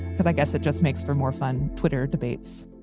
because i guess it just makes for more fun twitter debates